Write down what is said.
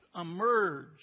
emerge